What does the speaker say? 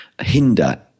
hinder